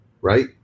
right